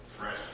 fresh